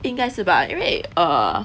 应该是吧因为 err